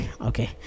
Okay